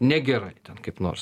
negerai ten kaip nors